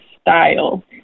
style